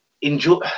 enjoy